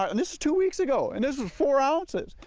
ah and this is two weeks ago and this was four ounces.